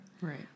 Right